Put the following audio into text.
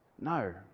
No